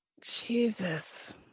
Jesus